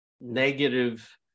negative